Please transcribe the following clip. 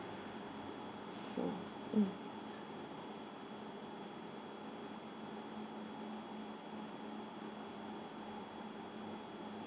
so mm